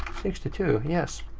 sixty two, yes.